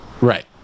right